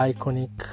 Iconic